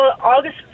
august